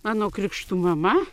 mano krikštų mama